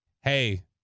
hey